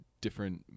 different